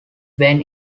when